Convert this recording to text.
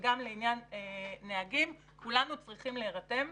וגם לעניין נהגים, כולנו צריכים להירתם,